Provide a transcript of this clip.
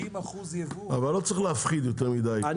אבל לא צריך להפחיד יותר מדי.